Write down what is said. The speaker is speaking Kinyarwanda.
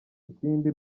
ikindi